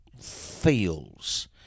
feels